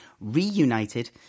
reunited